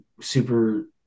super